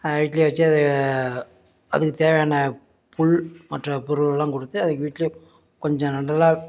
வீட்லேயே வச்சு அதை அதுக்கு தேவையான புல் மற்ற பொருளலாம் கொடுத்து அதை வீட்டில் கொஞ்சம் நல்லா